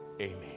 amen